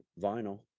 vinyl